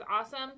awesome